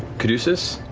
caduceus,